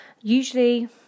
Usually